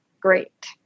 great